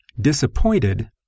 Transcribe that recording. Disappointed